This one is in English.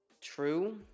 True